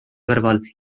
kõrval